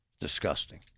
Disgusting